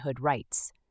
rights